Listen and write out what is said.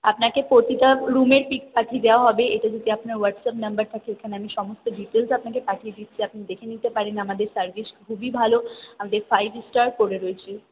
আপনাকে প্রতিটা রুমের পিক পাঠিয়ে দেওয়া হবে এটা যদি আপনার হোয়াটসঅ্যাপ নাম্বার থাকে এখানে আমি সমস্ত ডিটেলস আপনাকে পাঠিয়ে দিচ্ছি আপনি দেখে নিতে পারেন আমাদের সার্ভিস খুবই ভালো আমাদের ফাইভ স্টার করে রয়েছে